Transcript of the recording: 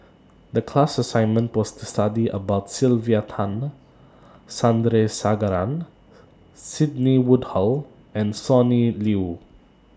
The class assignment was to study about Sylvia Tan Sandrasegaran Sidney Woodhull and Sonny Liew